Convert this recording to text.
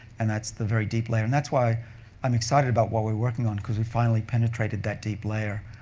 and that's the very deep layer. and that's why i'm excited about what we're working on because we finally penetrated that deep layer.